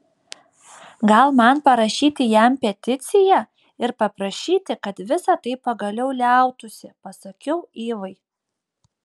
gal man parašyti jam peticiją ir paprašyti kad visa tai pagaliau liautųsi pasakiau ivai